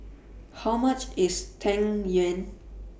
How much IS Tang Yuen